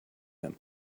him